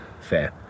Fair